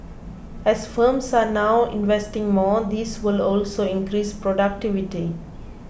as firms are now investing more this will also increase productivity